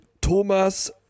Thomas